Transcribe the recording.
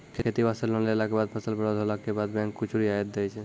खेती वास्ते लोन लेला के बाद फसल बर्बाद होला के बाद बैंक कुछ रियायत देतै?